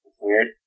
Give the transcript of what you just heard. weird